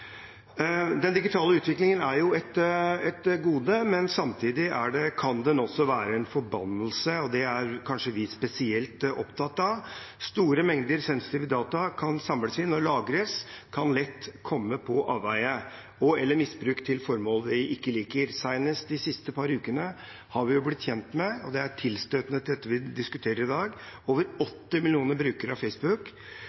Den digitale utviklingen er et gode, men samtidig kan den også være en forbannelse. Det er kanskje vi spesielt opptatt av. Store mengder sensitive data kan samles inn og lagres, og kan lett komme på avveier og bli misbrukt til formål vi ikke liker. Senest de siste par ukene er vi blitt kjent med – og det er tilstøtende til dette vi diskuterer i dag – at personlig informasjon om over